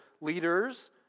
leader's